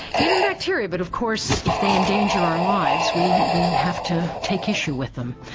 even bacteria, but of course if they endanger our lives we we have to take issue with them.